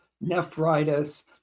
nephritis